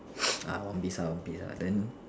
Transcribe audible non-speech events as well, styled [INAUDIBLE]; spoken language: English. [NOISE] ah one piece ah one piece ah then